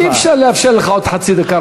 אי-אפשר לאפשר לך עוד חצי דקה.